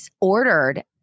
ordered